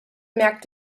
merke